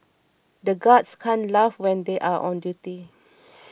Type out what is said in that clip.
the guards can't laugh when they are on duty